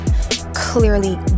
clearly